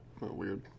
Weird